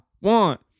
want